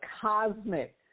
cosmic